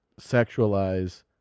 sexualize